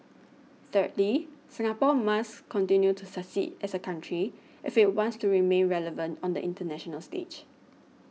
thirdly Singapore must continue to succeed as a country if it wants to remain relevant on the international stage